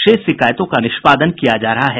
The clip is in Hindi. शेष शिकायतों का निष्पादन किया जा रहा है